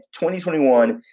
2021